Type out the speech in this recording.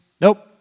Nope